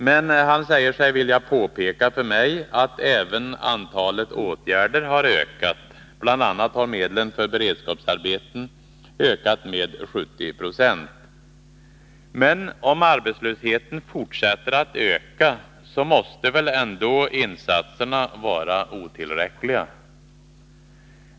Men han säger sig vilja påpeka för mig att även antalet åtgärder har ökat —bl.a. har medlen för beredskapsarbeten ökat med ca 70 Zo. Men om arbetslösheten fortsätter att öka måste väl ändå insatserna vara otillräckliga?